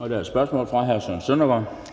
Kl. 16:02 Søren Søndergaard